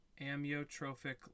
amyotrophic